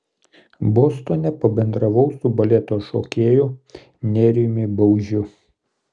bostone pabendravau su baleto šokėju nerijumi baužiu